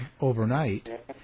overnight